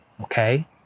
Okay